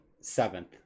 seventh